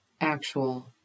actual